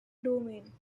domain